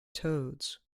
toads